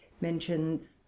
mentions